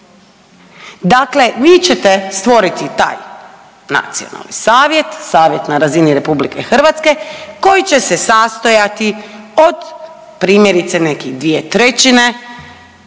Dakle vi ćete stvoriti taj nacionalni savjet, savjet na razini RH koji će se sastojati od primjerice, nekih 2/3